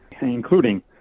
including